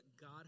God